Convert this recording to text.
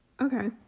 Okay